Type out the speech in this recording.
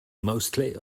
mostly